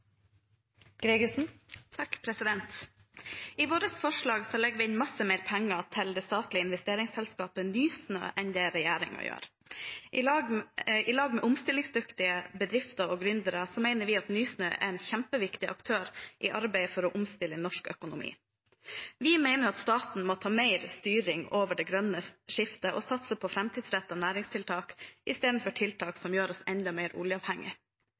tilbake igjen. I vårt forslag legger vi inn masse mer penger til det statlige investeringsselskapet Nysnø enn det regjeringen gjør. I lag med omstillingsdyktige bedrifter og gründere mener vi Nysnø er en kjempeviktig aktør i arbeidet for å omstille norsk økonomi. Vi mener staten må ta mer styring over det grønne skiftet og satse på framtidsrettede næringstiltak, istedenfor tiltak som gjør oss enda mer oljeavhengig.